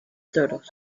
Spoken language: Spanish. toros